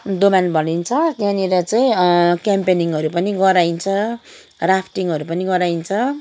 दोभान भनिन्छ त्यहाँनिर चाहिँ क्याम्पेनिङहरू पनि गराइन्छ राफ्टिङहरू पनि गराइन्छ